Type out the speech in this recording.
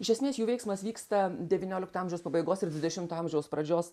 iš esmės jų veiksmas vyksta devyniolikto amžiaus pabaigos ir dvidešimto amžiaus pradžios